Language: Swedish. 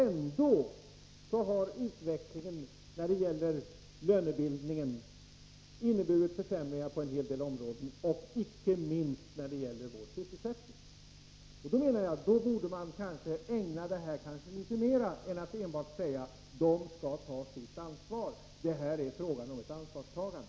Ändå har utvecklingen när det gäller lönebildningen inneburit försämringar på en hel del områden. Det gäller icke minst vår sysselsättning. Då borde man kanske ägna detta litet mer uppmärksamhet än att enbart säga att parterna skall ta sitt ansvar, att det här är fråga om ett ansvarstagande.